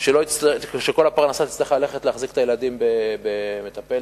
שלא כולה תצטרך ללכת להחזקת הילדים אצל מטפלת?